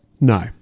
No